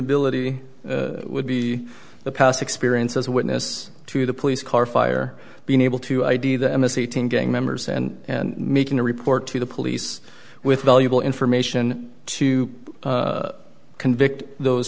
ability would be the past experience as a witness to the police car fire being able to id the m s e teen gang members and making a report to the police with valuable information to convict those